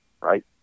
right